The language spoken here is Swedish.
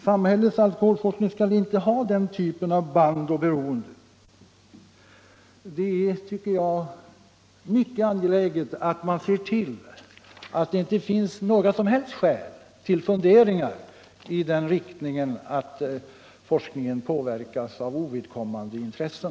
Samhällets alkoholforskning får inte ha den typen av beroende. Det är mycket angeläget att se till att det inte finns några som helst skäl till funderingar om att forskningen påverkas av ovidkommande intressen.